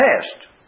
test